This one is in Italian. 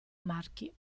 marchi